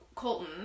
Colton